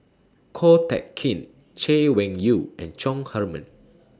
Ko Teck Kin Chay Weng Yew and Chong Heman